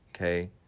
okay